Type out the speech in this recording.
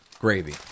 gravy